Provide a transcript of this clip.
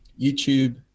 YouTube